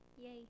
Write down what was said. Yay